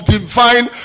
divine